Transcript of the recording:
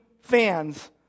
fans